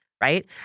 right